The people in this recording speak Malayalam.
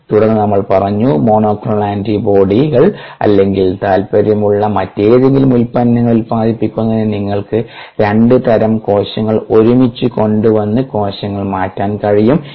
തുടർന്ന് നമ്മൾ പറഞ്ഞു മോണോക്ലോണൽ ആന്റിബോഡികൾ അല്ലെങ്കിൽ താൽപ്പര്യമുള്ള മറ്റേതെങ്കിലും ഉൽപ്പന്നങ്ങൾ ഉൽപാദിപ്പിക്കുന്നതിന് നിങ്ങൾക്ക് രണ്ട് തരം കോശങ്ങൾ ഒരുമിച്ച് കൊണ്ടുവന്ന് കോശം മാറ്റാൻ കഴിയും എന്ന്